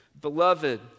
Beloved